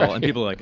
and people like